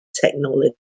technology